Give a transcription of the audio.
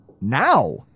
now